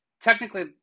technically